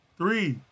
three